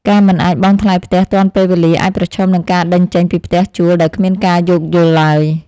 ការមិនអាចបង់ថ្លៃផ្ទះទាន់ពេលវេលាអាចប្រឈមនឹងការដេញចេញពីផ្ទះជួលដោយគ្មានការយោគយល់ឡើយ។